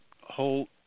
whole